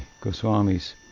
Goswamis